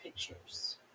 pictures